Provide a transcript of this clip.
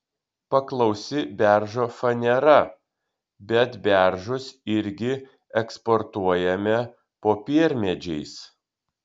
paklausi beržo fanera bet beržus irgi eksportuojame popiermedžiais